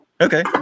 Okay